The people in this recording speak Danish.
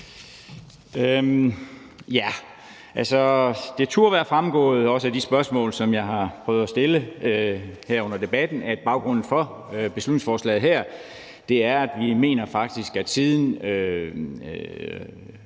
Det turde være fremgået – også af de spørgsmål, jeg har prøvet at stille her under debatten – at baggrunden for beslutningsforslaget er, at vi mener, at der,